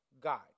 guide